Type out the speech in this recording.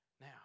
now